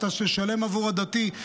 אתה תשלם בעבור הדתי.